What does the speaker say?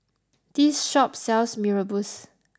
this shop sells Mee Rebus